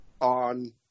on